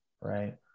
right